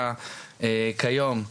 דומה,